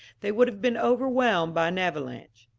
they would have been overwhelmed by an avalanche.